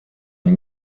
and